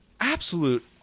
absolute